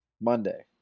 Monday